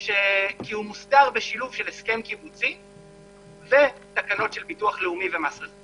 כי הוא מוסדר בשילוב של הסכם קיבוצי ותקנות של ביטוח לאומי ומס רכוש.